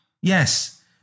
Yes